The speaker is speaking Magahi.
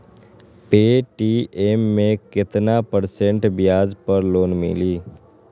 पे.टी.एम मे केतना परसेंट ब्याज पर लोन मिली?